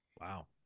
wow